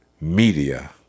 media